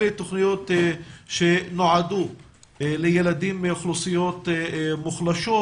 אלה תוכניות שנועדו לילדים מאוכלוסיות מוחלשות,